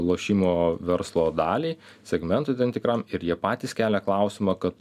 lošimo verslo dalį segmentui tikram ir jie patys kelia klausimą kad